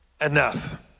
enough